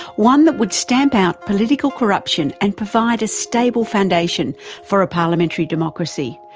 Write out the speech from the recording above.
one that would stamp out political corruption and provide a stable foundation for a parliamentary democracy.